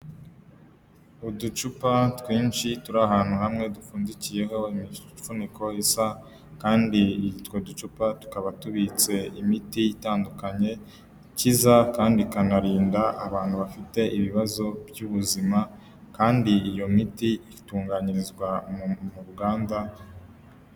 Uducupa twinshi turi ahantu hamwe dupfundikiyeho imifuniko isa kandi utwo ducupa tukaba tubitse imiti itandukanye ikiza kandi ikanarinda abantu bafite ibibazo by'ubuzima kandi iyo miti itunganyirizwa mu ruganda.